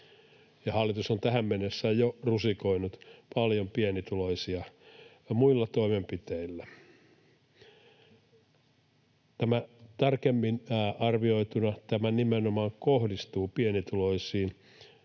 hallitus on tähän mennessä jo rusikoinut paljon pienituloisia muilla toimenpiteillä. Tarkemmin arvioituna tämä nimenomaan kohdistuu pienituloisiin: